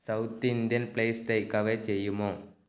south Indian place take away ചെയ്യുമോ